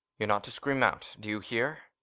you're not to scream out. do you hear?